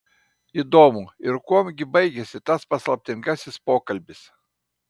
įdomu ir kuom gi baigėsi tas paslaptingasis pokalbis